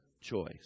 choice